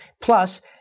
Plus